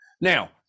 Now